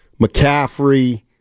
McCaffrey